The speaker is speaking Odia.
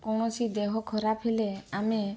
କୌଣସି ଦେହ ଖରାପ ହେଲେ ଆମେ